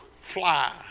fly